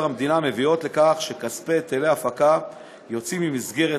המדינה מביאות לכך שכספי היטלי הפקה יוצאים ממסגרת